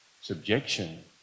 subjection